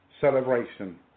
celebration